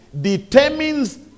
determines